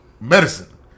medicine